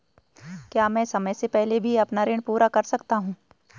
क्या मैं समय से पहले भी अपना ऋण पूरा कर सकता हूँ?